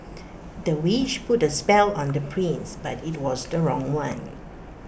the witch put A spell on the prince but IT was the wrong one